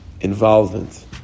involvement